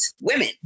women